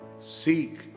Seek